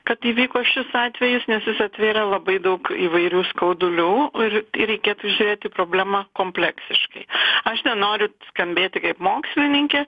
kad įvyko šis atvejis nes jis atvėrė labai daug įvairių skaudulių ir ir reikėtų žiūrėti į problemą kompleksiškai aš nenoriu skambėti kaip mokslininkė